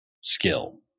skill